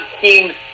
team's